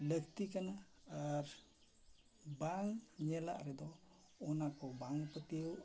ᱞᱟᱹᱠᱛᱤ ᱠᱟᱱᱟ ᱟᱨ ᱵᱟᱝ ᱧᱮᱞᱟᱜ ᱨᱮᱫᱚ ᱚᱱᱟ ᱠᱚ ᱵᱟᱝ ᱯᱟᱹᱛᱭᱟᱹᱣ